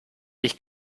ich